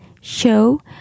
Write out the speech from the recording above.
show